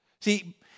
See